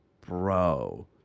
Bro